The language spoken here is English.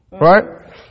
right